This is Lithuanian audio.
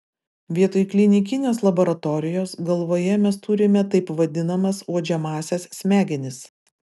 vietoj klinikinės laboratorijos galvoje mes turime taip vadinamas uodžiamąsias smegenis